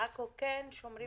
ובעכו כן שומרים